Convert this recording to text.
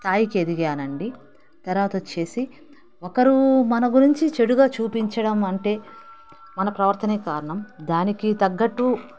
స్థాయికి ఎదిగాను అండి తరువాత వచ్చేసి ఒకరు మన గురించి చెడుగా చూపించడం అంటే మన ప్రవర్తనే కారణం దానికి తగ్గట్టు